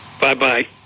bye-bye